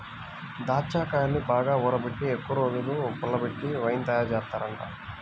దాచ్చాకాయల్ని బాగా ఊరబెట్టి ఎక్కువరోజులు పుల్లబెట్టి వైన్ తయారుజేత్తారంట